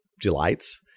delights